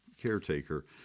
caretaker